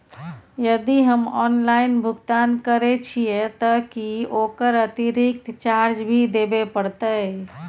यदि हम ऑनलाइन भुगतान करे छिये त की ओकर अतिरिक्त चार्ज भी देबे परतै?